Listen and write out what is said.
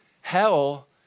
Hell